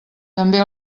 també